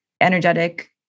energetic